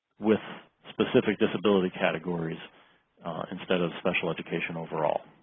with specific disability categories instead of special education overall.